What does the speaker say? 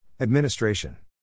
Administration